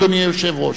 אדוני היושב-ראש.